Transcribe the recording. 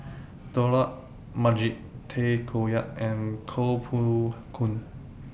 Dollah Majid Tay Koh Yat and Koh Poh Koon